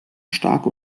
starke